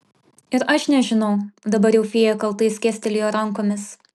ir aš nežinau dabar jau fėja kaltai skėstelėjo rankomis